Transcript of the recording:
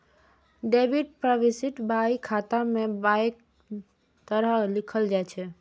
debit प्रवृष्टि बही खाता मे बायां तरफ लिखल जाइ छै